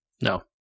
No